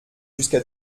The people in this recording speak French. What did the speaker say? jusqu’à